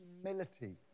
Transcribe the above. humility